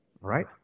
right